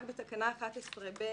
בתקנה 11(ב)(1)